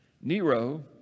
Nero